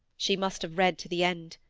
she must have read to the end.